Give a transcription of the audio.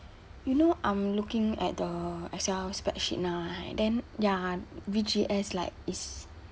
you I'm looking at the excel spreadsheet now right then ya B_G_S like is